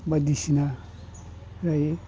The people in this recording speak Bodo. बायदिसिना जायो